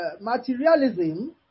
materialism